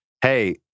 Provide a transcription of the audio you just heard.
hey